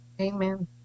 Amen